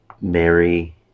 mary